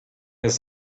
his